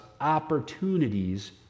opportunities